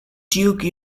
duke